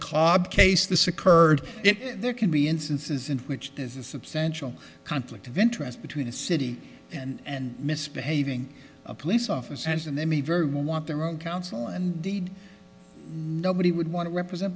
cobb case this occurred there can be instances in which there is a substantial conflict of interest between a city and misbehaving a police officer and then the very want their own counsel and deed nobody would want to represent